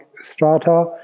strata